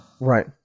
Right